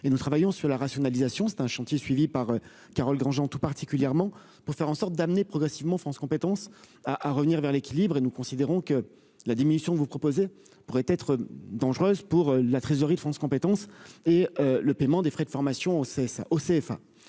et nous travaillons sur la rationalisation, c'est un chantier suivie par Carole Grandjean tout particulièrement pour faire en sorte d'amener progressivement France compétences à à revenir vers l'équilibre, et nous considérons que la diminution vous proposez pourraient être dangereuses pour la trésorerie de France compétences et le paiement des frais de formation c'est